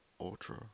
Ultra